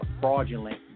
fraudulent